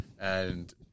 And-